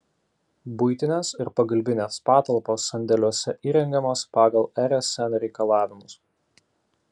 buitinės ir pagalbinės patalpos sandėliuose įrengiamos pagal rsn reikalavimus